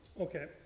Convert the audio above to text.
Okay